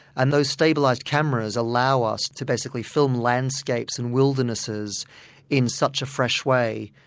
and those stabilised cameras allow us to basically film landscapes and wildernesses in such a fresh way.